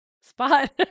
spot